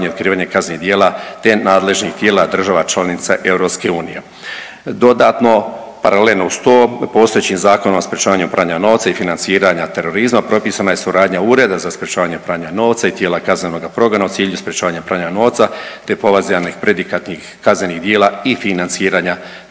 i otkrivanje kaznenih djela, te nadležnih tijela država članica EU. Dodatno paralelno uz to postojećim Zakonom o sprječavanju pranja novca i financiranja terorizma propisana je suradnja Ureda za sprječavanje pranja novca i tijela kaznenoga progona u cilju sprječavanja pranja novca, te povezanih predikatnih kaznenih djela i financiranja terorizma.